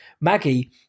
Maggie